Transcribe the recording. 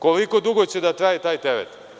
Koliko će dugo da traje taj teret?